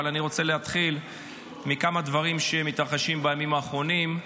אבל אני רוצה להתחיל מכמה דברים שמתרחשים בימים האחרונים,